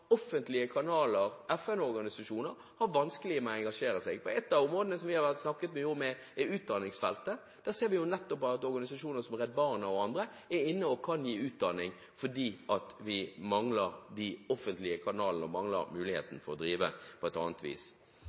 offentlige kanaler, FN-organisajsoner, har vanskeligheter med å engasjere seg. Et av områdene som vi har snakket mye om, er utdanningsfeltet. Der ser vi nettopp at organisasjoner som Redd Barna og andre er inne og kan gi utdanning, fordi vi mangler de offentlige kanalene og muligheten til å drive på et annet vis.